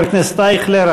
חבר הכנסת אייכלר,